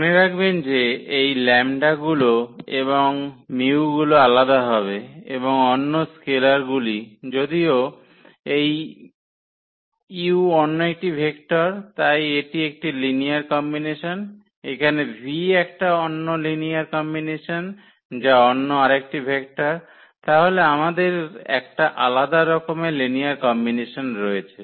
মনে রাখবেন যে এই λ গুলো এবং μ গুলো আলাদা হবে এবং অন্য স্কেলারগুলি যদিও এই u অন্য একটি ভেক্টর তাই এটি একটি লিনিয়ার কম্বিনেশন এখানে v একটা অন্য লিনিয়ার কম্বিনেশন যা অন্য আরেকটি ভেক্টর তাহলে আমাদের একটা আলাদা রকমের লিনিয়ার কম্বিনেশন রয়েছে